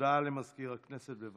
הודעה למזכיר הכנסת, בבקשה.